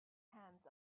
hands